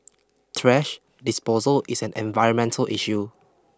trash disposal is an environmental issue